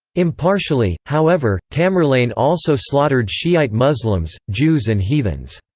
impartially, however, tamerlane also slaughtered shi'ite muslims, jews and heathens.